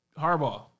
Harbaugh